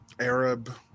Arab